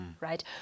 right